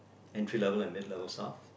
entry level and mid level stuff